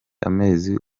amezi